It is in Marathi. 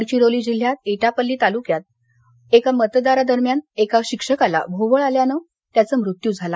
गडचिरोली जिल्ह्यात एटापल्ली तालुक्यात मतदाना दरम्यान एका शिक्षकाला भोवळ आल्यानं त्याचा मृत्यू झाला